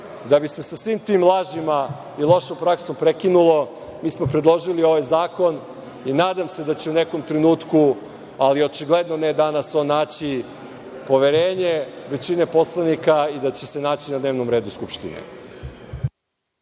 Da bi se sa svim tim lažima i lošom praksom prekinulo, mi smo predložili ovaj zakon i nadam se da će u nekom trenutku, ali očigledno ne danas, on naći poverenje većine poslanika i da će se naći na dnevnom redu Skupštine.